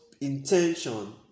intention